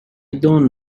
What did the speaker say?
don’t